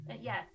Yes